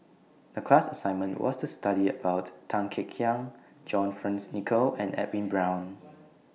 The class assignment was to study about Tan Kek Hiang John Fearns Nicoll and Edwin Brown